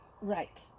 Right